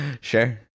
Sure